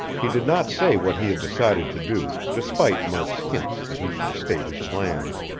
he did not say what he had decided to do, despite murk's hints that he should state his plans.